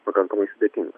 pakankamai sudėtinga